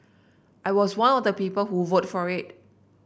I was one of the people who vote for it